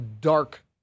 dark